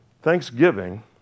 Thanksgiving